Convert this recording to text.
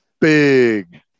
Big